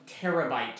terabyte